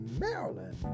Maryland